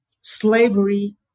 slavery